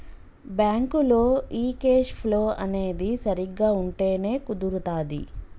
బ్యాంకులో ఈ cash flow అనేది సరిగ్గా ఉంటేనే కుదురుతాది